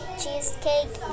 cheesecake